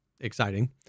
exciting